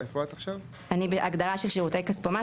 "שירותי כספומט"